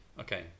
okay